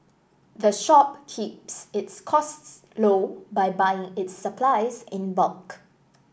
the shop keeps its costs low by buying its supplies in bulk